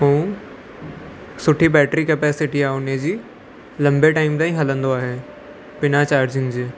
ऐं सुठी battery capacity आहे हुनजी लंबे टाइम ताईं हलंदो आहे हे बिना चार्जिंग जे